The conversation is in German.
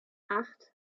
acht